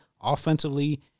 offensively